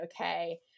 okay